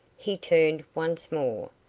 he turned once more,